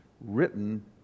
written